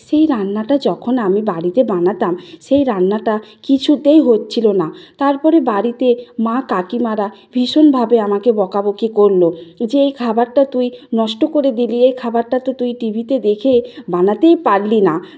সেই রান্নাটা যখন আমি বাড়িতে বানাতাম সেই রান্নাটা কিছুতেই হচ্ছিলো না তারপরে বাড়িতে মা কাকিমারা ভীষণভাবে আমাকে বকাবকি করলো যে এই খাবারটা তুই নষ্ট করে দিলি এই খাবারটা তো তুই টিভিতে দেখে বানাতেই পারলি না